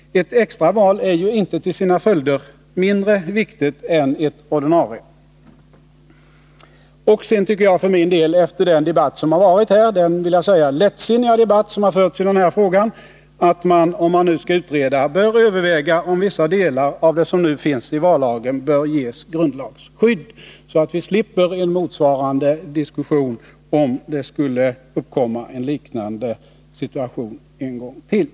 Ett extra val är ju inte till sina följder mindre viktigt än ett ordinarie val. Jag för min del anser, efter att ha lyssnat till den — skulle jag vilja säga — lättsinniga debatt som har förts i frågan, att man, om nu en utredning skall göras, borde överväga om vissa delar av vallagen bör ges grundlagsskydd, så att vi slipper en motszarande diskussion om en liknande situation skulle uppkomma en gång till.